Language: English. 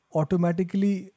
automatically